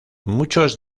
muchos